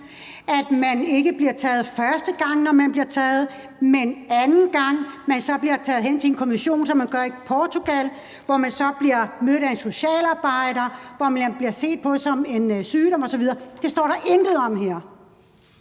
at man ikke bliver taget med første gang, når man bliver taget, men anden gang, hvor man så bliver taget hen til en kommission, som man gør i Portugal, hvor man så bliver mødt af en socialarbejder, og hvor det bliver set på som en sygdom osv.? Det står der intet om her